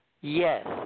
Yes